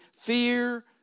fear